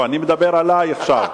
לא, אני מדבר עלי עכשיו,